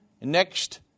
next